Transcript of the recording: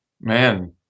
Man